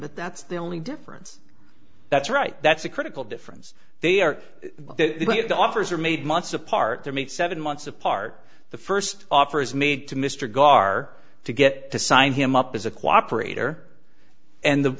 but that's the only difference that's right that's a critical difference they are the way the offers are made months apart they're made seven months apart the first offer is made to mr gar to get to sign him up as a cooperate or and the